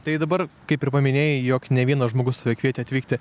tai dabar kaip ir paminėjai jog ne vienas žmogus tave kvietė atvykti